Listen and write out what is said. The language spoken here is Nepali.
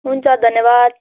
हुन्छ धन्यवाद